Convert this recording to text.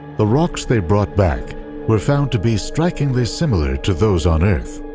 the rocks they brought back were found to be strikingly similar to those on earth,